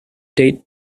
date